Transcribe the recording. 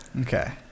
Okay